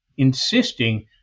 insisting